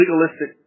legalistic